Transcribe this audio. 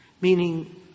Meaning